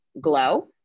glow